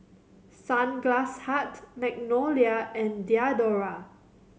Sunglass Hut Magnolia and Diadora